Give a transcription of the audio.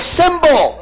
symbol